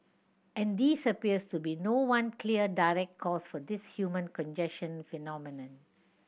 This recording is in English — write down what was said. and these appears to be no one clear direct cause for this human congestion phenomenon